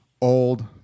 old